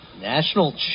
National